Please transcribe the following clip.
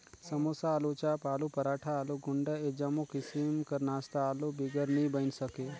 समोसा, आलूचाप, आलू पराठा, आलू गुंडा ए जम्मो किसिम कर नास्ता आलू बिगर नी बइन सके